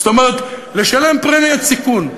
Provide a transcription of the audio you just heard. זאת אומרת, לשלם פרמיית סיכון.